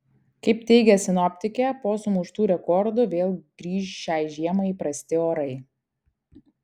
kaip teigia sinoptikė po sumuštų rekordų vėl grįš šiai žiemai įprasti orai